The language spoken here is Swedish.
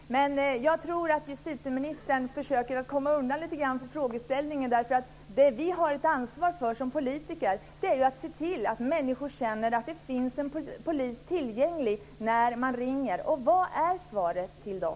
Jag tror att justitieministern lite grann försöker komma undan frågeställningen. Det vi har ett ansvar för som politiker är att se till att människor känner att det finns en polis tillgänglig när man ringer. Vad är svaret till dem?